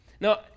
Now